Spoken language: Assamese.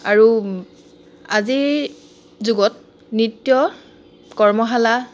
আৰু আজিৰ যুগত নৃত্য কৰ্মশালা